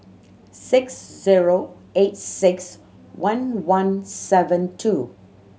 six zero eight six one one seven two